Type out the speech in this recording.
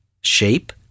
shape